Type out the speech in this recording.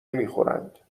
نمیخورند